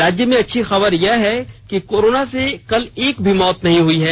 राज्य में अच्छी खबर यह है कि कोरोना से कल एक भी मौत नहीं हुई है